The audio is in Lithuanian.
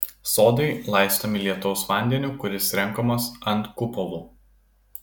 sodai laistomi lietaus vandeniu kuris renkamas ant kupolų